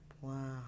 Wow